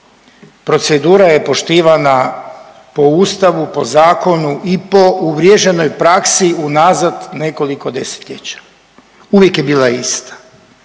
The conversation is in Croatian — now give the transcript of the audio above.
Procedura je poštivana po ustavu, po zakonu i po uvriježenoj praksi unazad nekoliko 10-ljeća, uvijek je bila ista.